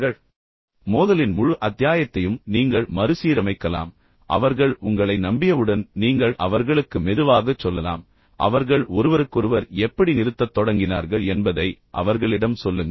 இப்போது மோதலின் முழு அத்தியாயத்தையும் நீங்கள் மறுசீரமைக்கலாம் அவர்கள் உங்களை நம்பியவுடன் நீங்கள் அவர்களுக்கு மெதுவாகச் சொல்லலாம் அவர்கள் ஒருவருக்கொருவர் எப்படி நிறுத்தத் தொடங்கினார்கள் என்பதை அவர்களிடம் சொல்லுங்கள்